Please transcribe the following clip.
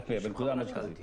יפה, בנקודה המרכזית.